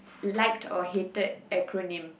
liked or hated acronym